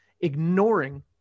ignoring